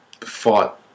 fought